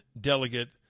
delegate